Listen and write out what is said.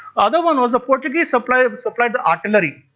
other one was the portuguese supplied but supplied the artillery.